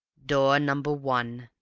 door number one,